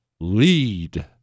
lead